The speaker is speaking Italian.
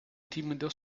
timido